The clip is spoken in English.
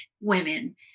women